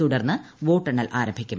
തുടർന്ന് വോട്ടെണ്ണൽ ആരംഭിക്കും